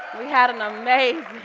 we had an amazing,